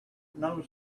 know